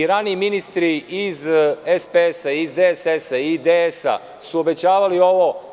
Raniji ministri iz SPS-a, iz DSS-a, DS-a su obećavali ovo.